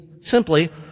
simply